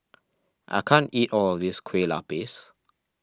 I can't eat all of this Kueh Lapis